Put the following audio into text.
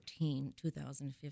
2015